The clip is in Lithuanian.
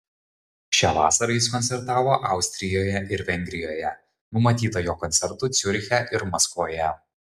šią vasarą jis koncertavo austrijoje ir vengrijoje numatyta jo koncertų ciuriche ir maskvoje